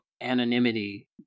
Anonymity